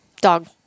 dog